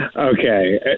Okay